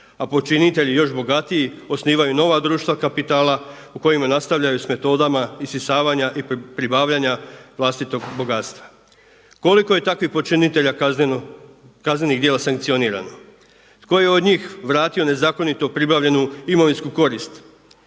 a počinitelji još bogatiji osnivaju nova društva kapitala u kojima nastavljaju sa metodama isisavanja i pribavljanja vlastitog bogatstva. Koliko je takvih počinitelja kaznenih djela sankcionirano? Tko je od njih vratio nezakonito pribavljenu imovinsku korist.